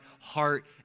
heart